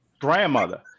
grandmother